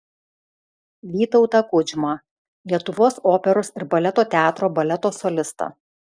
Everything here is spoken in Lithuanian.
vytautą kudžmą lietuvos operos ir baleto teatro baleto solistą